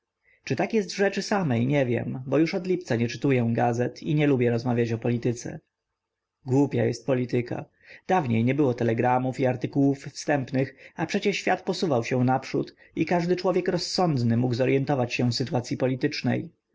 czy tak jest w rzeczy samej nie wiem bo już od lipca nie czytuję gazet i nie lubię rozmawiać o polityce głupia jest polityka dawniej nie było telegramów i artykułów wstępnych a przecie świat posuwał się naprzód i każdy człowiek rozsądny mógł zoryentować się w sytuacyi politycznej